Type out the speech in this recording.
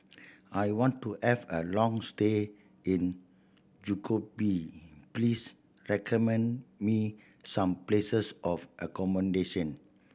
I want to have a long stay in Skopje please recommend me some places of accommodation